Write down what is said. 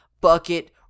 bucket